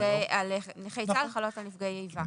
על נכי צה"ל חלות על נפגעי איבה.